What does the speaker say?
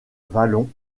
vallon